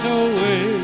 away